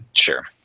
Sure